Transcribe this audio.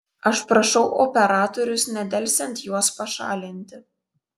aš prašau operatorius nedelsiant juos pašalinti